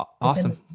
Awesome